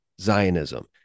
Zionism